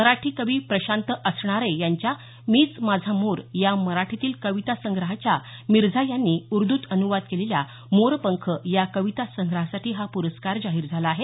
मराठी कवी प्रशांत असणारे यांच्या मीच माझा मोर या मराठीतील कविता संग्रहाच्या मिर्झा यांनी उर्दूत अनुवाद केलेल्या मोरपंख या कविता संग्रहासाठी हा पुरस्कार जाहीर झाला आहे